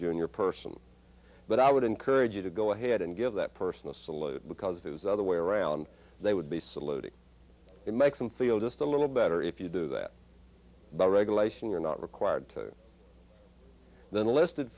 junior person but i would encourage you to go ahead and give that person a salute because those other way around they would be saluting it makes them feel just a little better if you do that by regulation you're not required to then listed